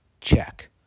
check